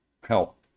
help